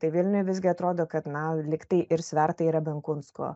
tai vilniuj visgi atrodo kad na lyg tai ir svertai yra benkunsko